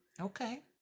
Okay